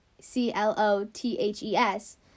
C-L-O-T-H-E-S